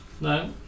No